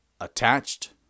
attached